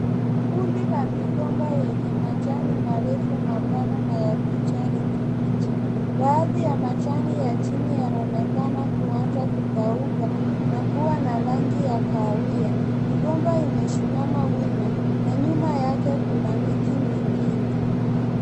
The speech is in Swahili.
Kundi la migomba yenye majani marefu mapana na ya kijani kibichi, baadhi ya majani ya chini yanaonekana akuanza kukauka na kuwa na rangi ya kahawia, migomba imesimama wima na nyuma yake kuna miti mingine.